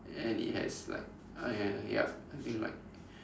and it has like ah ya ya yup I think like